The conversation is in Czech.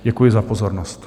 Děkuji za pozornost.